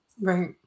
Right